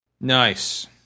Nice